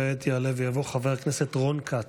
כעת יעלה ויבוא חבר הכנסת רון כץ.